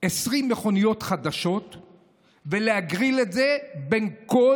20 מכוניות חדשות ולהגריל את זה בין כל